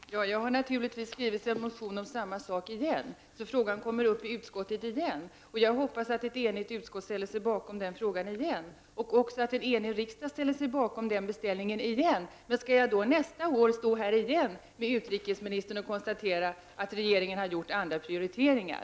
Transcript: Herr talman! Jag har naturligtvis skrivit en motion i denna fråga igen, och den kommer alltså på nytt upp i utskottet. Jag hoppas att ett enigt utskott åter skall ställa sig bakom detta krav och att en enig riksdag fattar samma beslut igen. Men skall jag då nästa år stå här igen och höra utrikesministern konstatera att regeringen gjort andra prioriteringar?